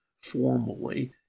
formally